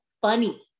funny